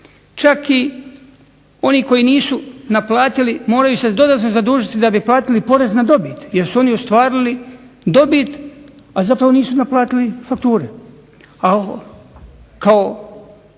Čak oni koji nisu naplatili moraju se dodatno zadužiti da bi platili porez na dobit, jer su oni ostvarili dobit, a zapravo nisu naplatili fakture